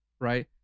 right